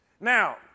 Now